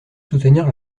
soutenir